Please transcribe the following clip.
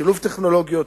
שילוב טכנולוגיות,